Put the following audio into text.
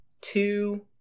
two